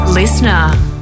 Listener